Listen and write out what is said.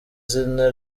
zina